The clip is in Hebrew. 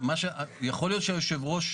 יכול להיות שהיושב-ראש,